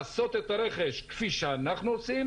לעשות את הרכש כפי שאנחנו עושים